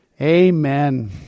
Amen